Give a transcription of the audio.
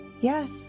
Yes